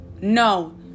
No